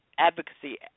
advocacy